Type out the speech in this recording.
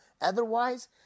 Otherwise